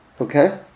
okay